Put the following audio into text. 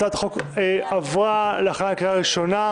הצעת החוק עברה להכנה לקריאה ראשונה,